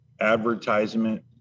advertisement